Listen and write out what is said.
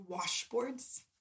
washboards